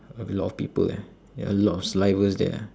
with a lot of people eh ya a lot of salivas there